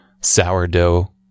sourdough